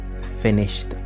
finished